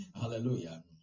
hallelujah